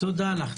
תודה לך.